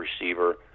receiver